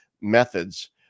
methods